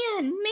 man